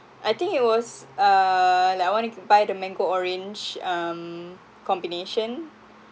I think it was uh like I want to buy the mango orange um combination